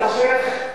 איך המפלגה שלך,